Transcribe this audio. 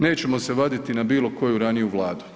Nećemo se vaditi na bilo koju raniju Vladu.